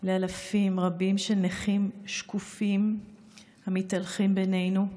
לאלפים רבים של נכים שקופים המתהלכים בינינו,